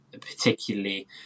particularly